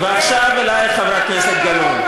ועכשיו אלייך, חברת הכנסת גלאון.